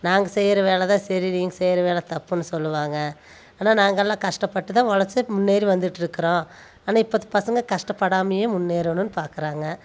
நாங்கள் செய்யுற வேலை தான் சரி நீங்கள் செய்யுற வேலை தப்புன்னு சொல்வாங்க ஆனால் நாங்கெல்லாம் கஷ்டப்பட்டு தான் ஒழைச்சி முன்னேறி வந்துட்ருக்கிறோம் ஆனால் இப்பத்து பசங்கள் கஷ்டப்படாமயே முன்னேறணும்னு பாக்கிறாங்க